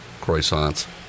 croissants